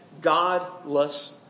Godless